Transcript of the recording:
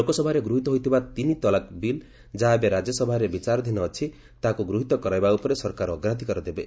ଲୋକସଭାରେ ଗୃହୀତ ହୋଇଥିବା ତିନି ତଲାକ ବିଲ୍ ଯାହା ଏବେ ରାଜ୍ୟସଭାରେ ବିଚାରାଧୀନ ଅଛି ତାହାକୁ ଗୃହୀତ କରାଇବା ଉପରେ ସରକାର ଅଗ୍ରାଧିକାର ଦେବେ